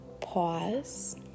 pause